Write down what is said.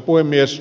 puhemies